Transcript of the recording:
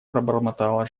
пробормотала